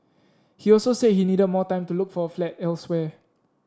he also said he needed more time to look for a flat elsewhere